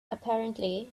apparently